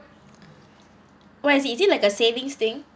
what is it is it like a savings thing